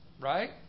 right